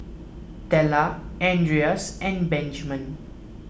Della andreas and Benjman